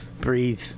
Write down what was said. breathe